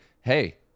Hey